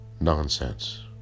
nonsense